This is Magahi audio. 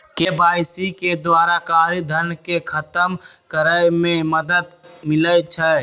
के.वाई.सी के द्वारा कारी धन के खतम करए में मदद मिलइ छै